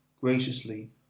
graciously